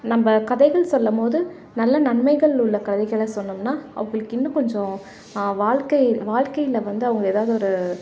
நம்ம கதைகள் சொல்லும்போது நல்ல நன்மைகள் உள்ள கதைகளை சொன்னோம்னால் அவங்களுக்கு இன்னும் கொஞ்சம் வாழ்க்கை வாழ்க்கையில வந்து அவங்க எதாவது ஒரு